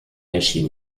erschien